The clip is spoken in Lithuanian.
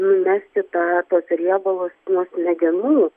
numesti tą tuos riebalus nuo smegenų